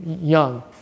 young